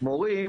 מורים,